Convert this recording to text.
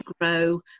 grow